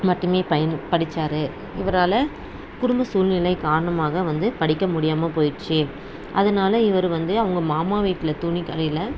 மட்டுமே படிச்சார் இவரால் குடும்ப சூழ்நிலை காரணமாக வந்து படிக்க முடியாமல் போயிடுச்சி அதனால் இவர் வந்து அவங்க மாமா வீட்டில் துணிக்கடையில்